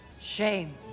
Shame